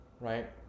right